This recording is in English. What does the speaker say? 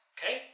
Okay